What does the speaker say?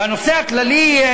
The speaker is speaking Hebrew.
בנושא הכללי.